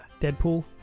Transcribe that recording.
Deadpool